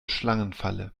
schlangenfalle